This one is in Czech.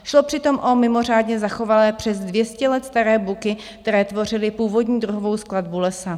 Šlo přitom o mimořádně zachovalé, přes dvě stě let staré buky, které tvořily původní druhovou skladbu lesa.